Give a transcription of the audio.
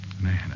Man